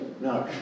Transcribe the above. No